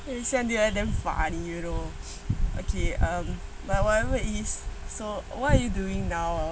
you know okay whatever it is so what are you doing now